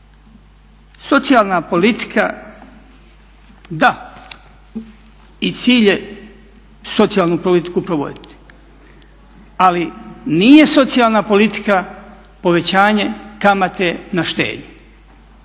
Socijalna politika da i cilj je socijalnu politiku provoditi, ali nije socijalna politika povećanje kamate na štednju.